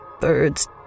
birds